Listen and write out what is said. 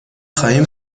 خواهیم